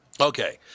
Okay